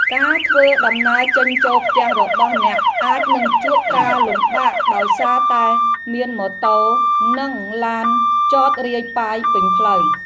ការធ្វើដំណើរចេញចូលផ្ទះរបស់អ្នកអាចនឹងជួបការលំបាកដោយសារតែមានម៉ូតូ និងឡានចតរាយប៉ាយពេញផ្លូវ។